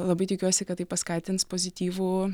labai tikiuosi kad tai paskatins pozityvų